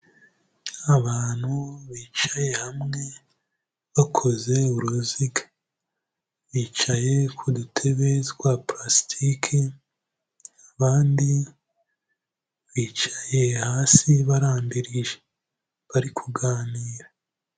Abantu bicaye hamwe, bakoze uruziga. Bicaye ku dutebe twa purasitike, abandi bicaye hasi barambirije; bari kuganira.